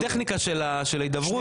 הטכניקה של ההידברות,